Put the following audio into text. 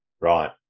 Right